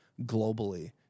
globally—